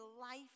life